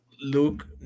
Luke